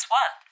one